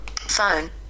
phone